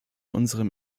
unserem